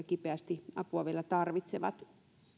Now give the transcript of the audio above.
kipeästi apua vielä tarvitsevat